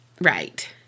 Right